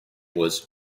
was